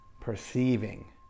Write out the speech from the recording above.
perceiving